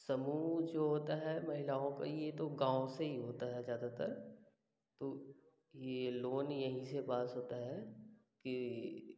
समूह जो होता है महिलाओं का वो तो गाँव से ही होता है ज़्यादातर तो ये लोन यहीं से पास होता है कि